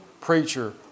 preacher